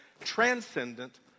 transcendent